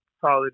solid